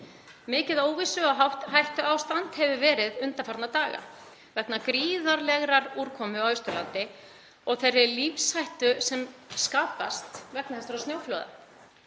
Mikið óvissu- og hættuástand hefur verið undanfarna daga vegna gríðarlegrar úrkomu á Austurlandi og þeirrar lífshættu sem skapast vegna snjóflóða.